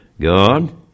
God